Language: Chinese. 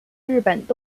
日本